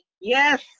Yes